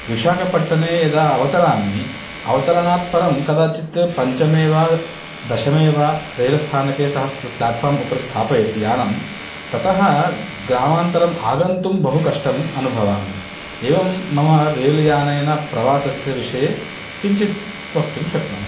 विशाकपट्टने यदा अवतरामि अवतरनात्परं कदाचित् पञ्चमे वा दशमे वा रेल्स्थानके सः प्लाट्फार्म् उपरि स्थापयति रेल्यानं ततः ग्रामान्रम् आगन्तुं बहु कष्टम् अनुभवामि एवं मम रेल्यानेन प्रवासस्य विषये किञ्चित् वक्तुं शक्नोमि